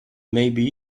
maybe